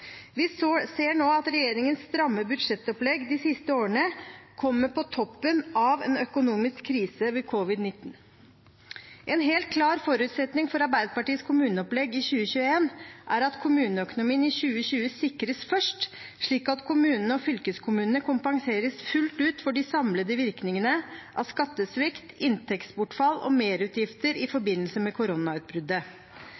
Vi ser nå at regjeringens stramme budsjettopplegg de siste årene kommer på toppen av en økonomisk krise ved covid-19. En helt klar forutsetning for Arbeiderpartiets kommuneopplegg i 2021 er at kommuneøkonomien i 2020 sikres først, slik at kommunene og fylkeskommunene kompenseres fullt ut for de samlede virkningene av skattesvikt, inntektsbortfall og merutgifter i